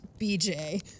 BJ